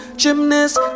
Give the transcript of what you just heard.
gymnast